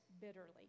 bitterly